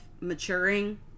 maturing